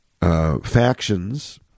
factions